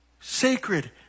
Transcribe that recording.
Sacred